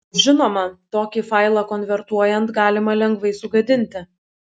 žinoma tokį failą konvertuojant galima lengvai sugadinti